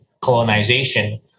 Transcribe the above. colonization